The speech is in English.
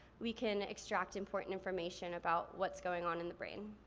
we can extract important information about what's going on in the brain.